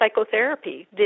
psychotherapy